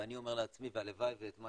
ואני אומר לעצמי, והלוואי שאת מה